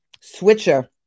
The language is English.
Switcher